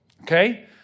okay